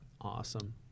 awesome